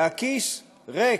והכיס ריק.